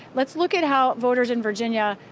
let's look at how voters in virginia,